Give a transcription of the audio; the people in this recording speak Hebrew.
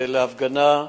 להפגנה,